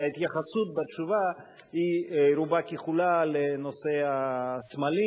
ההתייחסות בתשובה היא רובה ככולה לנושא הסמלים